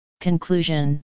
Conclusion